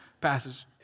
passage